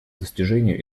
достижению